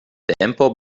tempo